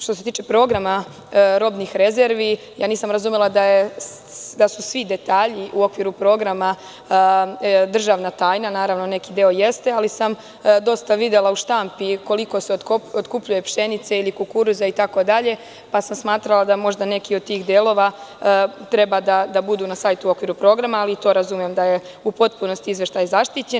Što se tiče programa robnih rezervi, nisam razumela da su svi detalji u okviru programa državna tajna, naravno neki deo jeste, ali sam dosta videla u štampi koliko se otkupljuje pšenice ili kukuruza itd, pa sam smatrala da možda neki od tih delova treba da budu na sajtu u okviru programa, ali i to razumem da je u potpunosti izveštaj zaštićen.